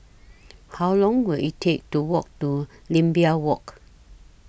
How Long Will IT Take to Walk to Imbiah Walk